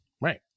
Right